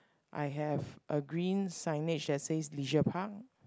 I have a green signage that says leisure park